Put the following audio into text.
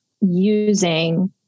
using